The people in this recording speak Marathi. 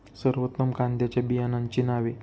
सर्वोत्तम कांद्यांच्या बियाण्यांची नावे?